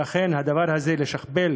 שאכן הדבר הזה, שכפול